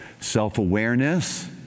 self-awareness